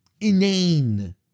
inane